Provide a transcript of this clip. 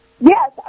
Yes